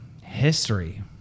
History